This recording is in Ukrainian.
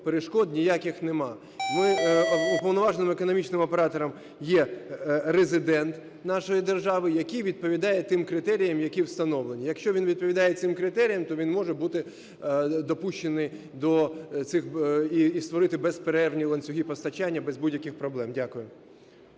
перешкод ніяких нема, уповноваженим економічним оператором є резидент нашої держави, який відповідає тим критеріям, які встановлені. Якщо він відповідає цим критеріям, то він може бути допущений до цих… і створити безперервні ланцюги постачання без будь-яких проблем. Дякую.